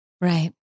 Right